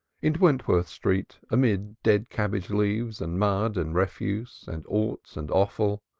in wentworth street, amid dead cabbage-leaves, and mud, and refuse, and orts, and offal,